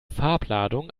farbladung